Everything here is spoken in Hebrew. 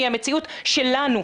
היא המציאות שלנו,